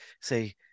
say